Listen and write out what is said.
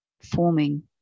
forming